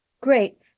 Great